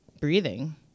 breathing